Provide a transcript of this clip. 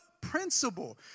principle